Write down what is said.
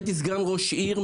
הייתי סגן ראש עיר,